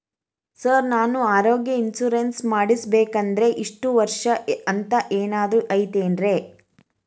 Sir ನಾನು ಆರೋಗ್ಯ insurance ಮಾಡಿಸ್ಬೇಕಂದ್ರೆ ಇಷ್ಟ ವರ್ಷ ಅಂಥ ಏನಾದ್ರು ಐತೇನ್ರೇ?